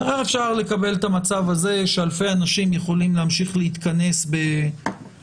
איך אפשר לקבל את המצב הזה שאלפי אנשים יכולים להמשיך להתכנס באתרים